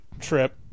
trip